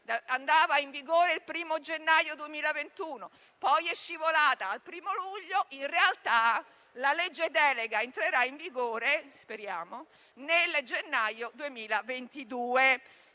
entrasse in vigore il 1° gennaio 2021, poi è scivolata al 1° luglio. In realtà, la legge delega entrerà in vigore - speriamo - nel gennaio 2022,